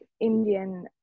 Indian